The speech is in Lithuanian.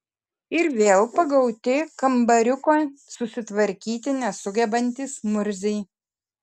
ir vėl pagauti kambariuko susitvarkyti nesugebantys murziai